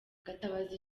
gatabazi